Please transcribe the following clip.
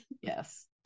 Yes